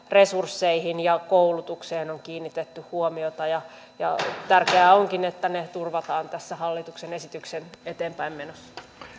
resursseihin ja koulutukseen on kiinnitetty huomiota tärkeää onkin että ne turvataan tässä hallituksen esityksen eteenpäinmenossa